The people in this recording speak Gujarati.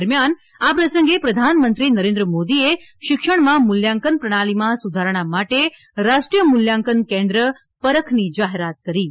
દરમ્યાન આ પ્રસંગે પ્રધાનંમત્રી નરેન્દ્ર મોદીએ શિક્ષણમાં મૂલ્યાંકન પ્રણાલીમાં સુધારણા માટે રાષ્ટ્રીય મૂલ્યાંકન કેન્દ્ર પરખની જાહેરાત કરી છે